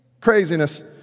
craziness